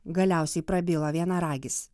galiausiai prabilo vienaragis